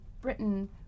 Britain